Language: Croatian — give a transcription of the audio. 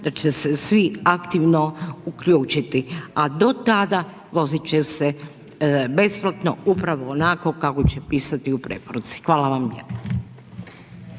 da će se svi aktivno uključiti a do tada vozit će se besplatno, upravo onako kako će pisati u preporuci. Hvala vam lijepa.